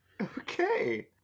okay